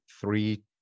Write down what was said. three